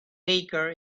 baker